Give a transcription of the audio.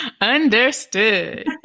Understood